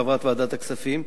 חברת ועדת הכספים,